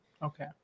Okay